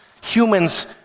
Humans